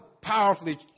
powerfully